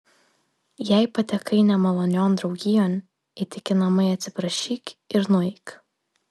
jei patekai nemalonion draugijon įtikinamai atsiprašyk ir nueik